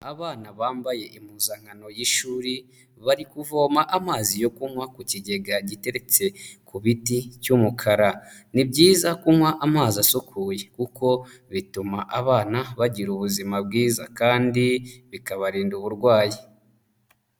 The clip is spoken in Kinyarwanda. Abana bambaye impuzankano y'ishuri bari kuvoma amazi yo kunywa ku kigega giteretse ku biti by'umukara ni byiza kunywa amazi asukuye kuko bituma abana bagira ubuzima bwiza kandi bikabarinda uburwayi.